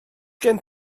gen